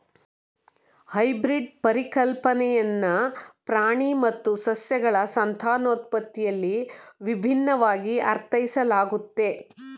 hybrid ಪರಿಕಲ್ಪನೆಯನ್ನ ಪ್ರಾಣಿ ಮತ್ತು ಸಸ್ಯಗಳ ಸಂತಾನೋತ್ಪತ್ತಿಯಲ್ಲಿ ವಿಭಿನ್ನವಾಗಿ ಅರ್ಥೈಸಲಾಗುತ್ತೆ